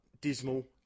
dismal